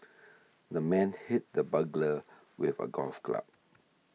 the man hit the burglar with a golf club